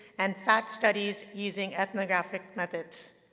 and fat studies using ethnographic methods.